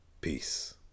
peace